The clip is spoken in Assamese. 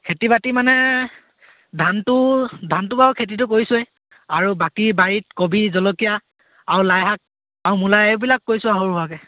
খেতি বাতি মানে ধানটো ধানটো বাৰু খেতিটো কৰিছোৱে আৰু বাকী বাৰীত কবি জলকীয়া আৰু লাইশাক আৰু মূলা এইবিলাক কৈছোঁ সৰু সুৰাকৈ